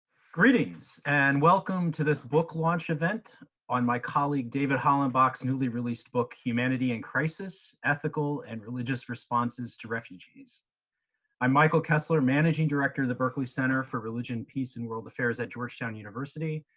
greetings, and welcome to this book launch event on my colleague david hollenbach's newly released book, humanity in crisis ethical and religious responses to refugees i'm michael kessler, managing director of the berkley center for religion, peace, and world affairs at georgetown university,